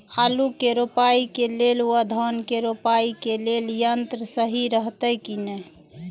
आलु के रोपाई के लेल व धान के रोपाई के लेल यन्त्र सहि रहैत कि ना?